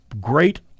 great